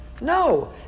No